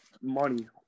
money